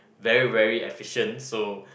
very very efficient so